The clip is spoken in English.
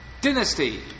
Dynasty